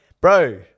bro